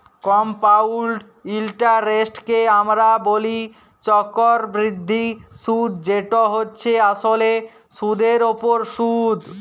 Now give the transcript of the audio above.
compound ইলটারেস্টকে আমরা ব্যলি চক্করবৃদ্ধি সুদ যেট হছে আসলে সুদের উপর সুদ